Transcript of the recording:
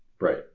Right